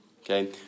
okay